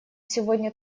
сегодня